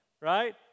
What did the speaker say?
Right